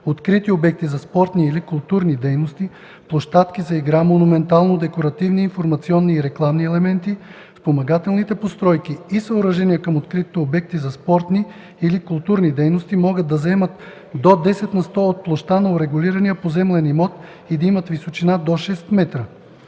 открити обекти за спортни или културни дейности, площадки за игра, монументално-декоративни, информационни и рекламни елементи - спомагателните постройки и съоръжения към открити обекти за спортни или културни дейности могат да заемат до 10 на сто от площта на урегулирания поземлен имот и да имат височина до 6 м;”